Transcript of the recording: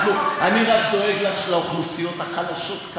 אני רק דואג לאוכלוסיות החלשות,